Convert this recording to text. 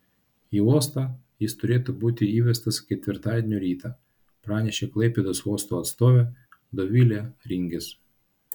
į uostą jis turėtų būti įvestas ketvirtadienio rytą pranešė klaipėdos uosto atstovė dovilė ringis